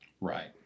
right